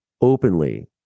openly